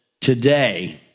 Today